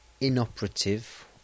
inoperative